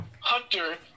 hunter